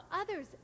others